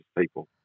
people